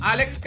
Alex